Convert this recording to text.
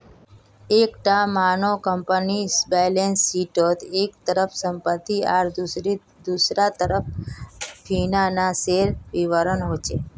एक टा मानक कम्पनीर बैलेंस शीटोत एक तरफ सम्पति आर दुसरा तरफ फिनानासेर विवरण होचे